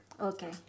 Okay